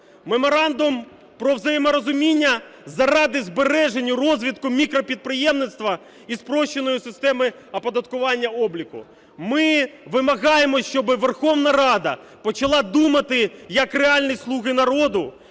меморандум про взаєморозуміння заради збереження розвитку мікропідприємництва і спрощеної системи оподаткування обліку. Ми вимагаємо, щоб Верховна Рада почала думати, як реальні "слуги народу",